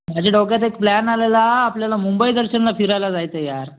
माझ्या डोक्यात एक प्लान आलेला आपल्याला मुंबई दर्शनला फिरायला जायचं आहे यार